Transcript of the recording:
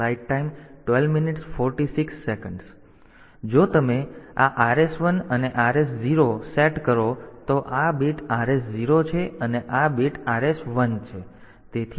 તેથી જો તમે આ R S 1 અને R S 0 સેટ કરો તો આ બીટ R S 0 છે અને આ બીટ R S 1 છે